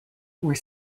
were